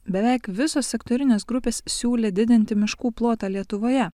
beveik visos sektorinės grupės siūlė didinti miškų plotą lietuvoje